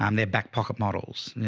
um their back pocket models,